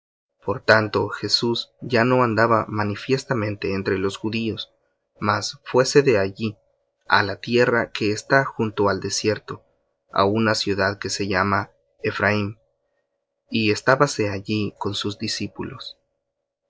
por tanto jesús ya no andaba manifiestamente entre los judíos mas fuése de allí á la tierra que está junto al desierto á una ciudad que se llama ephraim y estábase allí con sus discípulos